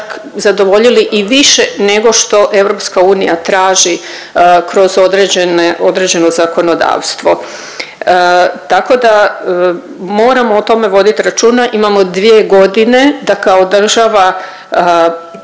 zadovoljili i više nego što EU traži kroz određeno zakonodavstvo. Tako da moramo o tome vodit računa, imamo 2.g. da kao država